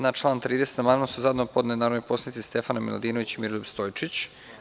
Na član 30. amandman su zajedno podneli narodni poslanici Stefana Miladinović i Miroljub Stojčić.